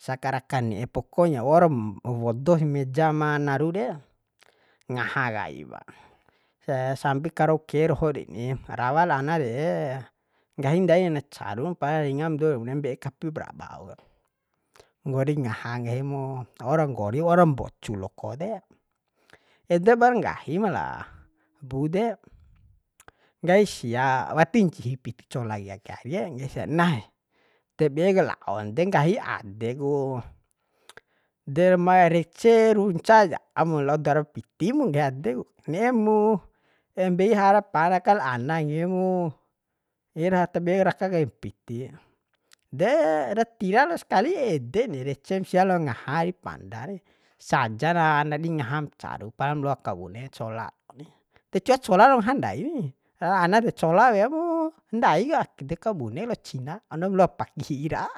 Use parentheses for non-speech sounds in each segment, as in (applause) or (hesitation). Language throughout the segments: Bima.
Sa karaka ne'e pokonya wauram wodo sih meja ma naru de ngaha kai pa (hesitation) sambi karouke doho reni rawa la anas re nggahi ndain na caru pa ringam dou de bune mbe'e kapip raba ura nggori ngaha nggahi mu wor nggori wor mbocu loko de ede par nggahim la bu de nggahi sia wati ncihi piti cola kai ke arie nggahi sia naeh de bek laon de nggahi ade ku derma rece runcaj am lao dawara piti mu nggahi ade ku ne'e mu (hesitation) mbei harapa ra kal anas nggahi mu tabe raka kaim piti de ra tira los kali ede ni recem sia lao ngaha ari panda re saja ra ndadi ngaham caru palam loa kabune cola ni de cua cola lo ngaha ndai ni la ana de cola weamu ndaik ake de kabunek lo cina adom loa paki si hi'i ra'a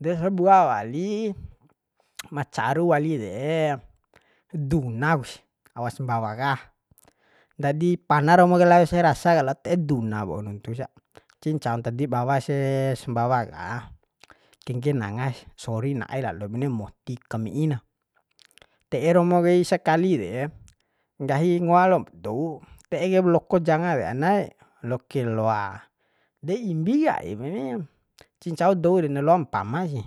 desabua wali ma caru wali de duna kusi awas sbawaka ndadi pana raumu lao ese rasa ka lao te'e duan wau nuntu sa ncihi ncao ntadi bawa se sbawa ka kengge nanga sih sori na'e lalo bune moti kameina te'e romo kai sakali re nggahi ngoa lom dou te'e kaip loko janga re anaee lokir loa de imbi kaipa ni cincao dou re na laom pama sih